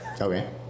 Okay